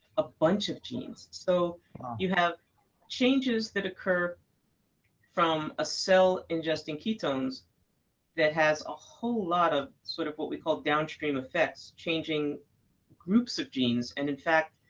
a bunch of genes. so you have changes that occur from a cell ingesting ketones that has a whole lot of sort of what we call downstream effects, changing groups of genes and, in fact,